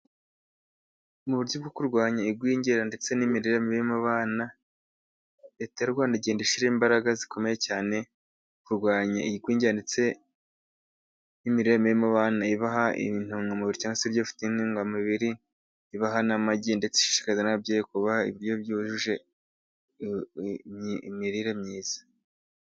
Mu buryo bwo kurwanya igwingira ndetse n'imirire mibi mu bana, Leta y'u Rwanda igenda ishyira imbaraga zikomeye cyane, kurwanya igwingira ndetse n'imirire mibi mu bana, ibaha intungamubiri cyangwa se ibiryo bifite intungamubiri. Ibaha n' amagi, ndetse ishishikariza n'ababyeyi kubaha ibiryo byujuje imirire myiza.